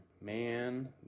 Man